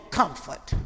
comfort